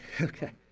Okay